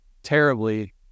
terribly